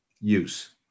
use